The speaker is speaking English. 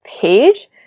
page